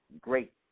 great